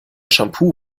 shampoo